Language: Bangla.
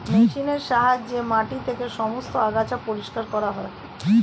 মেশিনের সাহায্যে মাটি থেকে সমস্ত আগাছা পরিষ্কার করা হয়